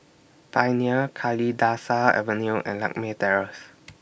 Pioneer Kalidasa Avenue and Lakme Terrace